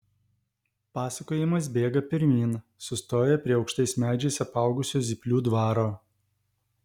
pasakojimas bėga pirmyn sustoja prie aukštais medžiais apaugusio zyplių dvaro